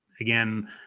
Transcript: again